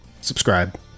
subscribe